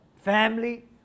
family